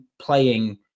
playing